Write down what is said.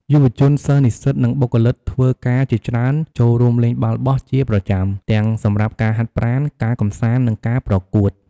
យុវជន សិស្ស និស្សិត និងបុគ្គលិកធ្វើការជាច្រើនចូលរួមលេងបាល់បោះជាប្រចាំ ទាំងសម្រាប់ការហាត់ប្រាណ ការកម្សាន្ត និងការប្រកួត។